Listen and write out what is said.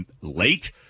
late